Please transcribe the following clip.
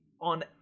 on